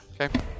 Okay